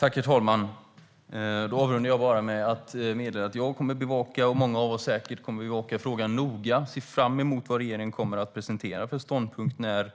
Herr talman! Då avrundar jag med att meddela att jag och många av oss kommer att bevaka denna fråga noga. Vi ser fram emot vad regeringen kommer att presentera för ståndpunkt när